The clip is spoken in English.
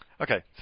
Okay